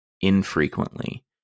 infrequently